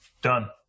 Done